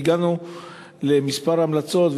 והגענו לכמה המלצות,